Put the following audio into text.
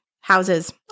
houses